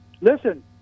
Listen